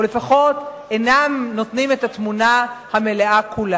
או לפחות אינם נותנים את התמונה כולה.